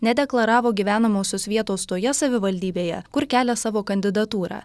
nedeklaravo gyvenamosios vietos toje savivaldybėje kur kelia savo kandidatūrą